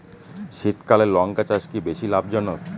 শীতকালে লঙ্কা চাষ কি বেশী লাভজনক?